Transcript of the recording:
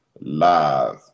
live